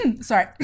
Sorry